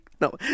no